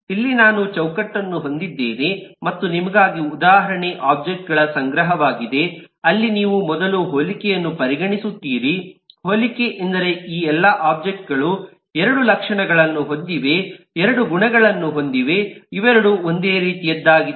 ಇಲ್ಲಿ ನಾನು ಚೌಕಟ್ಟನ್ನು ಹೊಂದಿದ್ದೇನೆ ಮತ್ತು ನಿಮಗಾಗಿ ಉದಾಹರಣೆ ಒಬ್ಜೆಕ್ಟ್ ಗಳ ಸಂಗ್ರಹವಾಗಿದೆ ಅಲ್ಲಿ ನೀವು ಮೊದಲು ಹೋಲಿಕೆಯನ್ನು ಪರಿಗಣಿಸುತ್ತೀರಿ ಹೋಲಿಕೆ ಎಂದರೆ ಈ ಎಲ್ಲಾ ಒಬ್ಜೆಕ್ಟ್ ಗಳು 2 ಲಕ್ಷಣಗಳನ್ನು ಹೊಂದಿವೆ 2 ಗುಣಗಳನ್ನು ಹೊಂದಿವೆ ಇವೆರಡೂ ಒಂದೇ ರೀತಿಯದ್ದಾಗಿವೆ